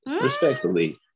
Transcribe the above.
respectfully